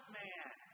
man